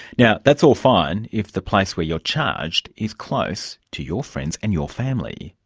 now, that's all fine if the place where you're charged is close to your friends and your family.